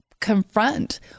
confront